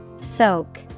Soak